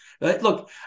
Look